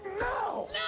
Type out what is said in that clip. no